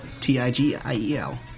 T-I-G-I-E-L